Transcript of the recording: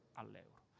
all'euro